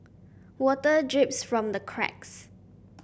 water drips from the cracks